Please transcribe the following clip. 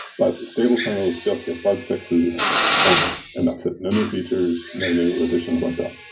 but stable kernels just get bug fixes only, and that's it. no new features. no new additions like that.